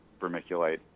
vermiculite